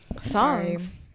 Songs